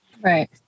Right